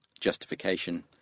justification